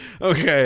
Okay